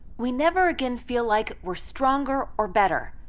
we never again feel like we're stronger or better.